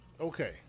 okay